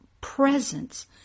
presence